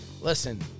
listen